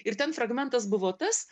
ir ten fragmentas buvo tas